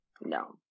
no